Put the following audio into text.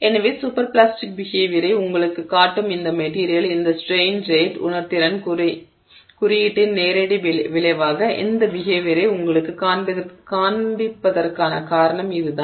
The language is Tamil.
எனவே சூப்பர் பிளாஸ்டிக் பிஹேவியரை உங்களுக்குக் காட்டும் இந்த மெட்டிரியல் இந்த ஸ்ட்ரெய்ன் ரேட் உணர்திறன் குறியீட்டின் நேரடி விளைவாக அந்த பிஹேவியரை உங்களுக்குக் காண்பிப்பதற்கான காரணம் இதுதான்